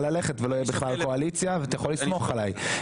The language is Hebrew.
ללכת ולא תהיה בכלל קואליציה ואתה יכול לסמוך עליי.